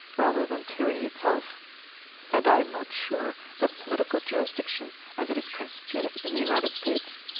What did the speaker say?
rather than tyranny itself and i am not sure that political jurisdiction, as it is constituted in the united states,